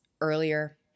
earlier